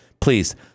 please